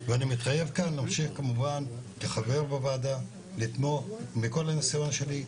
אני מתחייב כמובן כחבר בוועדה לתמוך ולתרום מהניסיון שלי.